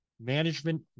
Management